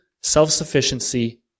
self-sufficiency